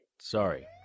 Sorry